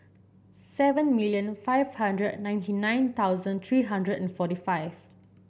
seven million five hundred ninety nine thousand three hundred and forty five